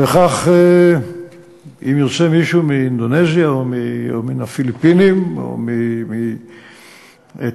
וכך אם ירצה מישהו מאינדונזיה או מן הפיליפינים או מתאילנד,